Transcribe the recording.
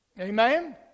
Amen